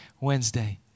Wednesday